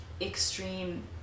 extreme